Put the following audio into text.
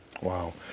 Wow